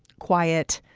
quiet,